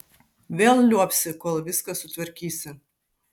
vėl liuobsi kol viską sutvarkysi